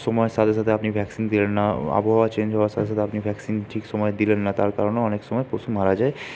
সময়ের সাথে সাথে আপনি ভ্যাক্সিন দিলেন না আবহাওয়া চেঞ্জ হওয়ার সাথে সাথে আপনি ভ্যাক্সিন ঠিক সময়ে দিলেন না তার কারণেও অনেক সময়ে পশু মারা যায়